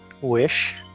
wish